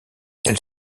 elle